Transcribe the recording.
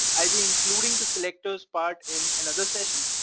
i've including the selectors part in another session.